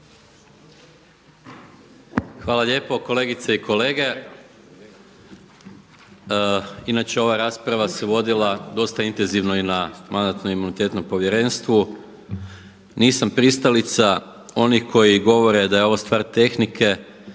Hvala lijepo. Kolegice i kolege. Inače ova rasprava se vodila dosta intenzivno i na Mandatno-imunitetno povjerenstvu. Nisam pristalica onih koji govore da je ovo stvar tehnike